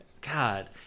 God